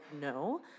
no